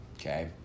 okay